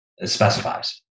specifies